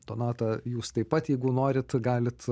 donata jūs taip pat jeigu norit galit